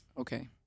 Okay